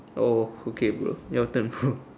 oh okay bro your turn bro